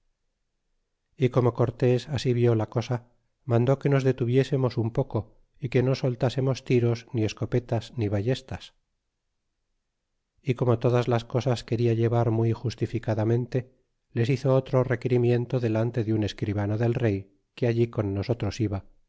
y como cortés así vió la cosa mandó que nos detuviésemos un poco y que no soltásemos tiros ni escopetas ni ballestas y como todas las cosas quena llevar muy j ustificadamente les hizo otro requerimiento delante de un escribano del rey que allí con nosotros iba